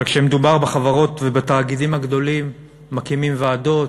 אבל כשמדובר בחברות ובתאגידים הגדולים מקימים ועדות,